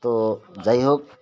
তো যাই হোক